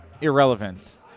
irrelevant